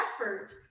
effort